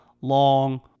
long